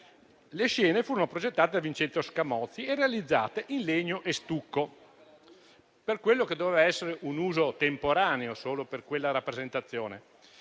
Le scene furono progettate da Vincenzo Scamozzi e realizzate in legno e stucco per quello che doveva essere un uso temporaneo, legato appunto alla rappresentazione